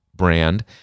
Brand